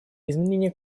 изменение